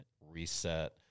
reset